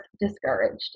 discouraged